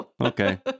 Okay